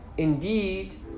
Indeed